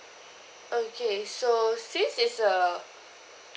okay so since it's a